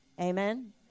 Amen